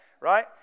Right